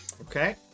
Okay